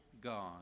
God